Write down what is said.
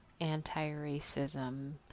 anti-racism